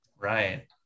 Right